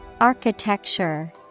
Architecture